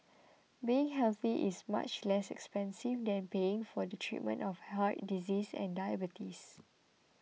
being healthy is much less expensive than paying for the treatment of heart disease and diabetes